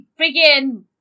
freaking